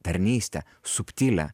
tarnystę subtilią